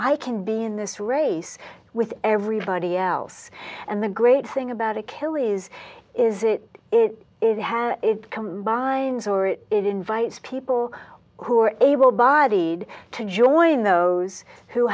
i can be in this race with everybody else and the great thing about achilles is it it is has it combines or it it invites people who are able bodied to join those who